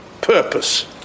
purpose